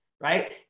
Right